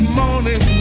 morning